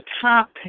top